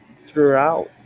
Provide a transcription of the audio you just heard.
throughout